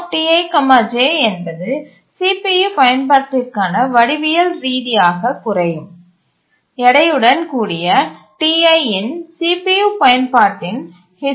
CPUTi j என்பது CPU பயன்பாட்டிற்கான வடிவியல் ரீதியாக குறையும் எடையுடன் கூடிய Ti இன் CPU பயன்பாட்டின் ஹிஸ்டரி